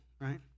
right